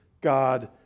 God